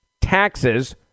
taxes